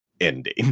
ending